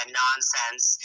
nonsense